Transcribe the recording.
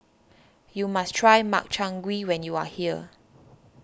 you must try Makchang Gui when you are here